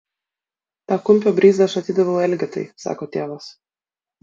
tą kumpio bryzą aš atidaviau elgetai sako tėvas